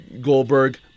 Goldberg